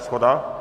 Shoda.